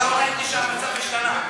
שהממשלה תטפל בזה.